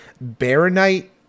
Baronite